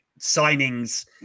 signings